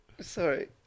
Sorry